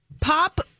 pop